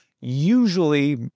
Usually